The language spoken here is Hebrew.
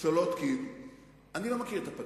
והכול באיזה אמירות כאלה כאילו אנחנו עכשיו שומעים,